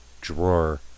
drawer